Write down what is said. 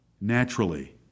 naturally